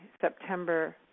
September